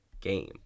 game